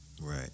Right